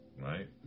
right